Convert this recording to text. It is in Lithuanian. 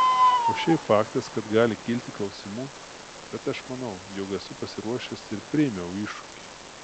o šiaip faktas kad gali kilti klausimų bet aš manau jog esu pasiruošęs ir priėmiau iššūkį